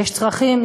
יש צרכים,